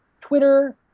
Twitter